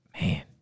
Man